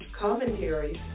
commentaries